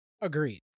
agreed